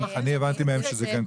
אני הבנתי מהם שזה כן כולל.